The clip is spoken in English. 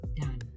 done